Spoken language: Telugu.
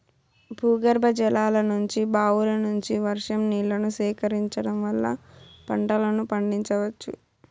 భూగర్భజలాల నుంచి, బావుల నుంచి, వర్షం నీళ్ళను సేకరించడం వల్ల పంటలను పండించవచ్చు